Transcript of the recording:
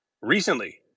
recently